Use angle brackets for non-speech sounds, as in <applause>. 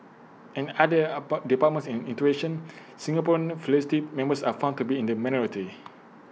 and other <unintelligible> departments and institutions Singaporean faculty members are found to be in the minority